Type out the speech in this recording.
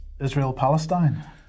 Israel-Palestine